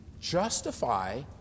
justify